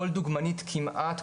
כל דוגמנית כמעט,